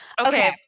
Okay